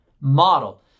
model